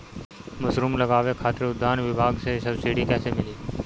Mushroom लगावे खातिर उद्यान विभाग से सब्सिडी कैसे मिली?